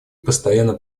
постоянное